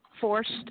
forced